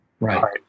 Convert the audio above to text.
right